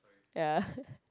ya